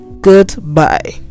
goodbye